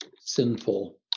sinful